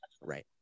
Right